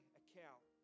account